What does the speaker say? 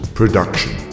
production